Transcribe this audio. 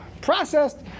processed